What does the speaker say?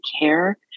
care